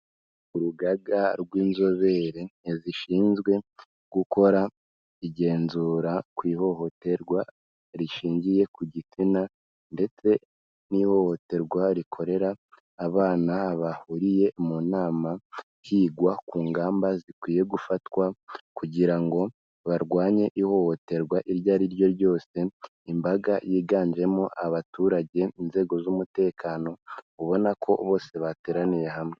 Urugaga rw'inzobere zishinzwe gukora igenzura ku ihohoterwa rishingiye ku gitsina ndetse n'ihohoterwa rikorera abana, bahuriye mu nama higwa ku ngamba zikwiye gufatwa kugira ngo barwanye ihohoterwa iryo ariryo ryose, imbaga yiganjemo abaturage, inzego z'umutekano ubona ko bose bateraniye hamwe.